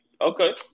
Okay